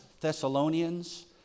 Thessalonians